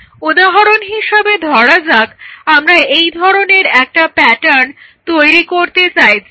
উদাহরন হিসাবে ধরা যাক আমি এই ধরনের একটা প্যাটার্ন তৈরি করতে চাইছি